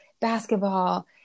basketball